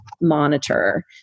monitor